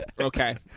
Okay